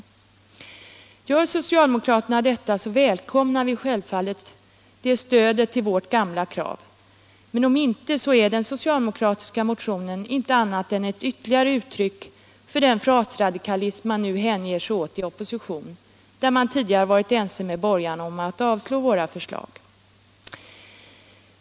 Vill socialdemokraterna detta, så välkomnar vi självfallet det stödet för vårt gamla krav. Om inte, så är den socialdemokratiska motionen inte annat än ett ytterligare uttryck för den frasradikalism man nu hänger sig åt i opposition, fastän man tidigare varit ense med borgarna om att avslå våra förslag.